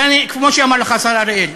כמו שאמר לך השר אריאל,